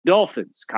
Dolphins